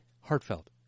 Heartfelt